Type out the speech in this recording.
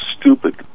stupid